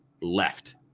left